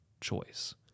choice